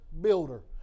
builder